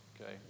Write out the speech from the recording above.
Okay